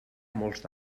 molts